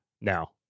now